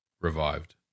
revived